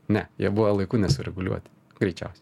ne jie buvo laiku nesureguliuoti greičiausiai